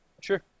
sure